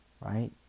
Right